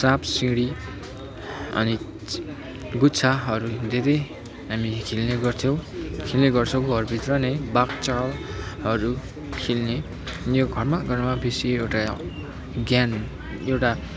साँपसिँडी अनि गुच्छाहरू धेरै हामी खेल्ने गर्थ्यौँ खेल्ने गर्छौँ हामी घरभित्र नै बाघ चालहरू खेल्ने यो घरमा र बेसी एउटा ज्ञान एउटा